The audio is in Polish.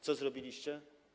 Co zrobiliście?